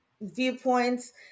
viewpoints